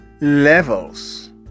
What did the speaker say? levels